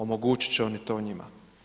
Omogućit će oni to njima.